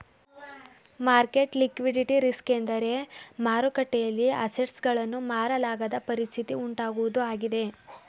market liquidity risk ಎಂದರೆ ಮಾರುಕಟ್ಟೆಯಲ್ಲಿ assets ಗಳನ್ನು ಮಾರಲಾಗದ ಪರಿಸ್ಥಿತಿ ಉಂಟಾಗುವುದು ಆಗಿದೆ